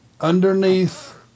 underneath